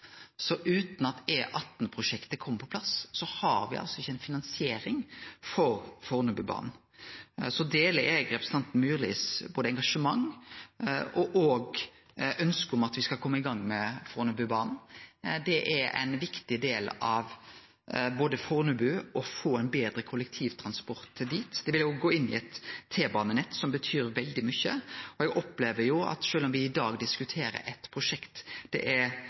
Så utan at E18-prosjektet kjem på plass, har me ikkje finansiering for Fornebubanen. Eg deler representanten Myrlis både engasjement og ønske om at me skal kome i gang med Fornebubanen. Det er ein viktig del både for å få ein betre kollektivtransport til Fornebu og fordi det vil inngå i eit T-banenett som betyr veldig mykje. Og eg opplever, sjølv om me i dag diskuterer eit prosjekt det er noko ueinigheit om, at det er ein veldig samla region som peiker på Fornebubanen. Det er